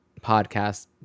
podcast